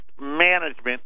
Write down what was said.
management